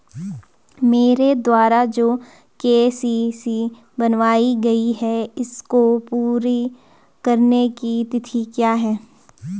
मेरे द्वारा जो के.सी.सी बनवायी गयी है इसको पूरी करने की तिथि क्या है?